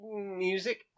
music